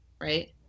right